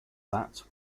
that